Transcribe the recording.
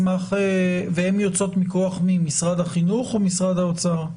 הן יוצאות מכוח משרד החינוך או משרד האוצר?